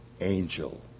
angel